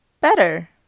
better